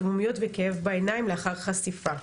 אדמומיות וכאב בעיניים לאחר חשיפה.